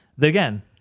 Again